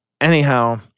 Anyhow